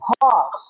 pause